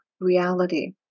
reality